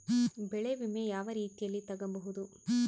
ಬೆಳೆ ವಿಮೆ ಯಾವ ರೇತಿಯಲ್ಲಿ ತಗಬಹುದು?